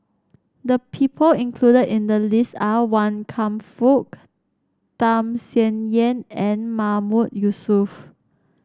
the people included in the list are Wan Kam Fook Tham Sien Yen and Mahmood Yusof